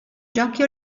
giochi